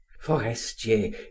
forestier